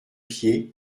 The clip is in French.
pieds